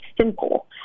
simple